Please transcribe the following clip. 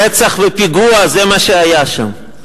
רצח ופיגוע, זה מה שהיה שם.